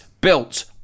built